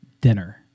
dinner